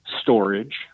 storage